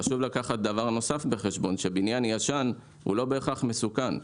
חשוב לקחת דבר נוסף בחשבון בניין ישן הוא לא בהכרח מסוכן.